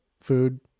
food